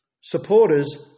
supporters